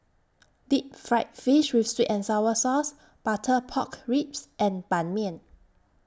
Deep Fried Fish with Sweet and Sour Sauce Butter Pork Ribs and Ban Mian